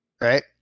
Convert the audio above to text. right